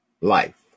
life